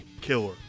killer